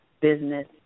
business